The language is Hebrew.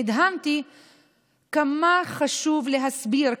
נדהמתי עד כמה חשוב להסביר,